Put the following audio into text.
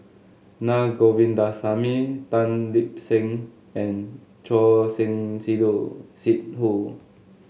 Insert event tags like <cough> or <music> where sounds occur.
Naa Govindasamy Tan Lip Seng and Choor Singh <unintelligible> Sidhu